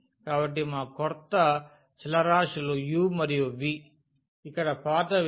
కాబట్టి మా క్రొత్త చలరాశులు u మరియు v ఇక్కడ పాతవి x మరియు y